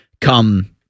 come